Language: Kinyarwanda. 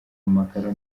amakaro